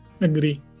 Agree